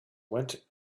went